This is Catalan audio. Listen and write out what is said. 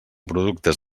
productes